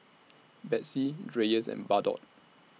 Betsy Dreyers and Bardot